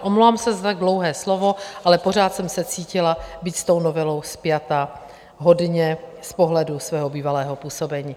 Omlouvám se za tak dlouhé slovo, ale pořád jsem se cítila být s tou novelou spjata hodně z pohledu svého bývalého působení.